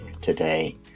today